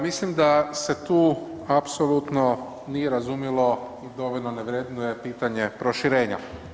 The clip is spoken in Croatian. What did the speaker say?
Mislim da se tu apsolutno nije razumjelo i dovoljno ne vrednuje pitanje proširenja.